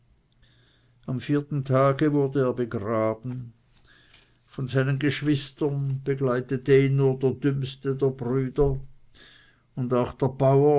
am vierten tage wurde er begraben von seinen geschwistern begleitete ihn nur der dümmste der brüder und auch der bauer